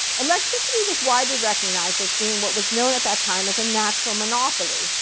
electricity was widely recognized as being what was known at that time as a natural monopoly.